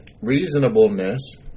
reasonableness